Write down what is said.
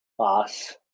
pass